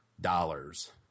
dollars